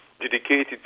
dedicated